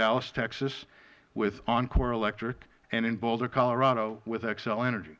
dallas texas with encore electric and in boulder colorado with xcel energy